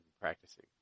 Practicing